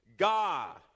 God